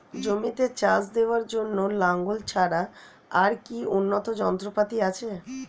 জমিতে চাষ দেওয়ার জন্য লাঙ্গল ছাড়া আর কি উন্নত যন্ত্রপাতি আছে?